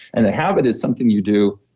and a habit is something you do.